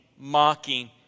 mocking